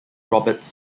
roberts